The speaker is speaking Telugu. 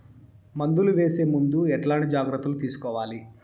మందులు వేసే ముందు ఎట్లాంటి జాగ్రత్తలు తీసుకోవాలి?